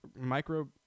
micro